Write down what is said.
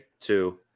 Two